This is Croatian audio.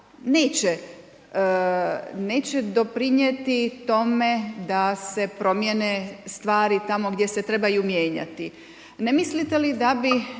neće doprinijeti tome da se promijene stvari tamo gdje se trebaju mijenjati. Ne mislite li da bi